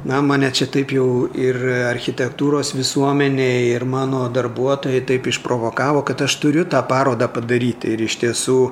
na mane čia taip jau ir architektūros visuomenė ir mano darbuotojai taip išprovokavo kad aš turiu tą parodą padaryti ir iš tiesų